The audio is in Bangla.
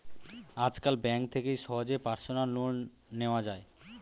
আজকাল ব্যাঙ্ক থেকে সহজেই পার্সোনাল লোন নেওয়া যায়